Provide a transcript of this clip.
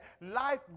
life